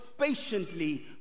patiently